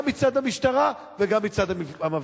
גם מצד המשטרה וגם מצד המפגינים.